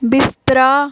बिस्तरा